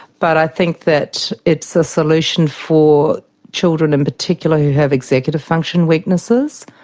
but i think that it's a solution for children in particular who have executive function weaknesses,